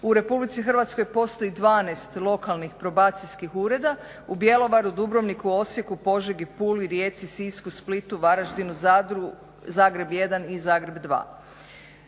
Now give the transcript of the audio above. i probaciju u RH postoji 12 lokalnih probacijskih ureda u Bjelovaru, Dubrovniku, Osijeku, Požegi, Puli, Rijeci, Sisku, Splitu, Varaždinu, Zadru, Zagreb 1 i Zagreb 2.